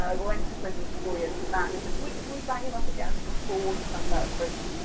ah to prison for four years for that, and it's like, can we can we bang him up again before he comes out of prison?